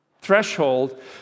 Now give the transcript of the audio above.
threshold